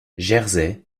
jersey